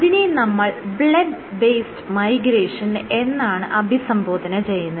അതിനെ നമ്മൾ bleb based migration എന്നാണ് അഭിസംബോധന ചെയ്യുന്നത്